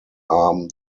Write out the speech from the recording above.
arm